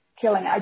killing